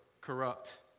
corrupt